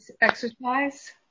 exercise